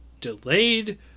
delayed